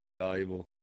valuable